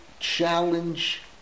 challenge